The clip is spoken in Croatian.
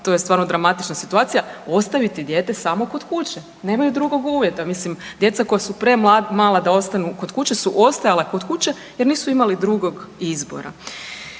to je stvarno dramatična situacija, ostaviti dijete samo kod kuće nemaju drugog uvjeta. Mislim djeca koja su premala da ostanu kod kuće su ostajala kod kuće jer nisu imali drugog izbora,